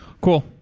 Cool